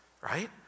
right